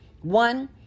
one